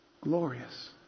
glorious